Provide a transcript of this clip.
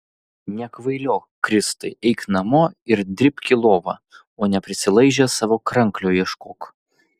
nekvailiok kristai eik namo ir dribk į lovą o ne prisilaižęs savo kranklio ieškok